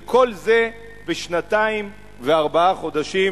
וכל זה בשנתיים וארבעה חודשים.